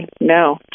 No